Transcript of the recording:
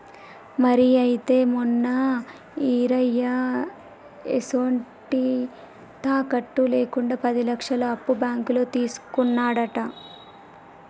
మరి అయితే మొన్న ఈరయ్య ఎసొంటి తాకట్టు లేకుండా పది లచ్చలు అప్పు బాంకులో తీసుకున్నాడట